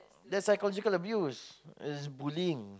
that psychological abuse is bullying